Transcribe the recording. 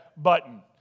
button